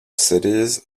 cities